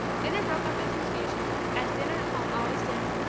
dinner broke up in confusion, as dinner at home always did,